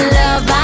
love